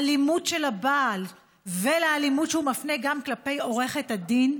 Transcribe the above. של האלימות של הבעל והאלימות שהוא מפנה גם כלפי עורכת הדין,